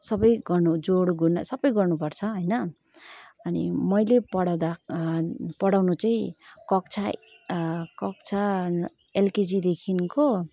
सबै गर्नु जोड गुना सबै गर्नु पर्छ होइन अनि मैले पढाउँदा पढाउनु चाहिँ कक्षा कक्षा एलकेजीदेखिन्को